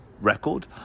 record